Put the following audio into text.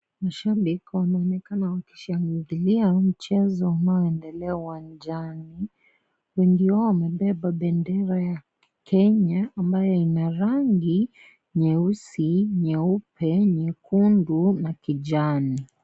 Mashabiki wanaonekana wakishangilia mchezo unaoendelea uwanjani. Wengi wao wamebeba bendera ya Kenya ambayo ina rangi nyeusi, nyeupe, nyekundu na kijani.